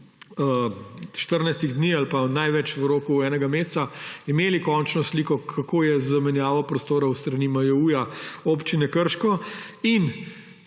14 dni ali pa največ v roku enega meseca imeli končno sliko, kako je z menjavo prostorov s strani MJU in Občine Krško in